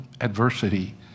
adversity